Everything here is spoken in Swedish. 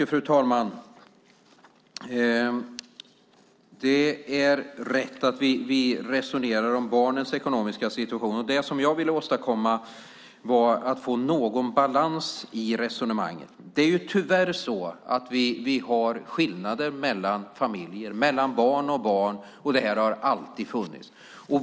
Fru talman! Det är rätt att vi resonerar om barnens ekonomiska situation. Det som jag ville åstadkomma var någon balans i resonemanget. Det är tyvärr så att vi har skillnader mellan familjer och mellan barn och barn. Och det har alltid funnits.